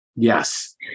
Yes